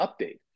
update